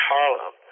Harlem